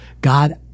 God